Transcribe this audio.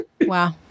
Wow